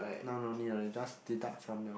now no need already just deduct from your